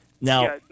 Now